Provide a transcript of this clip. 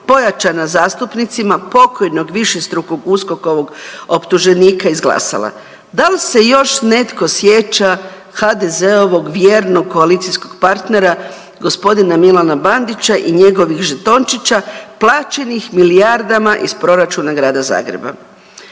pojačana zastupnicima pokojnog višestrukog uskokovog optuženika izglasala. Dal se još netko sjeća HDZ-ovog vjernog koalicijskog partnera g. Milana Bandića i njegovih žetončića plaćenih milijardama iz proračuna Grada Zagreba?